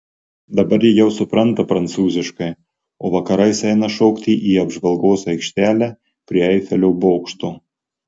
dabar ji jau supranta prancūziškai o vakarais eina šokti į apžvalgos aikštelę prie eifelio bokšto